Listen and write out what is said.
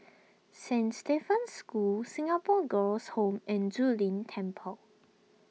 Saint Stephen's School Singapore Girls' Home and Zu Lin Temple